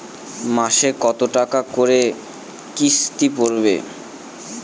মাসে কত টাকা করে কিস্তি পড়বে?